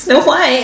no why